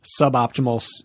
suboptimal